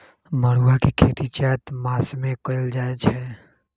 मरुआ के खेती चैत मासमे कएल जाए छै